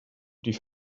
die